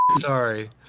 Sorry